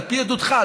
על פי עדותך,